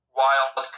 wild